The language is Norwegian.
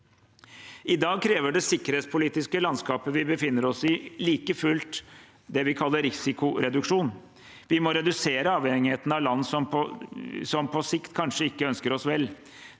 I dag krever det sikkerhetspolitiske landskapet vi befinner oss i, like fullt det vi kaller risikoreduksjon. Vi må redusere avhengigheten av land som på sikt kanskje ikke ønsker oss vel.